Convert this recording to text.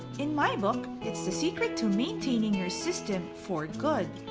in my book, it's the secret to maintaining your system for good!